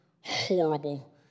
horrible